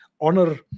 honor